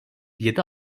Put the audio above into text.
yedi